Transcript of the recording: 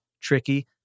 tricky